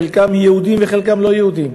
חלקם יהודים וחלקם לא יהודים,